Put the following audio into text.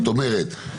זאת אומרת,